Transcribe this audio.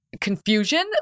confusion